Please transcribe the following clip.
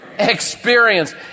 experience